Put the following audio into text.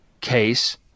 case